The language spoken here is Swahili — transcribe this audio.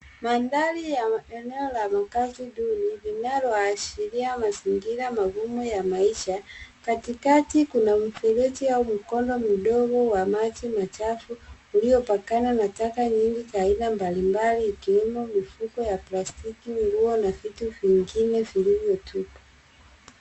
Mandhari ya eneo la makazi duni linaloashiria mazingira magumu ya maisha, katikati kuna mfereji au mkono mdogo wa maji machafu uliopakana na taka nyingi za aina mbalimbali ikiwemo mifuko ya plastiki ,nguo na vitu vingine vilivyotupwa.